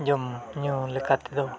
ᱡᱚᱢᱼᱧᱩ ᱞᱮᱠᱟ ᱛᱮᱫᱚ